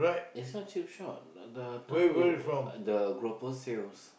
it's not cheap shop that time the sales